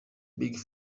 big